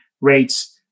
rates